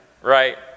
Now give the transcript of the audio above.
right